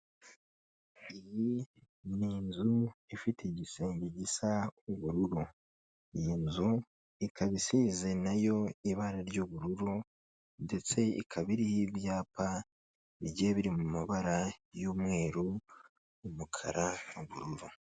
Iyi ni inzu ifite igisenge gisa ubururu, iyi nzu ikaba isize nayo ibara ry'ubururu ndetse ikaba iriho ibyapa bigiye biri mu mabara y'umweru n'umukara n'ubururu.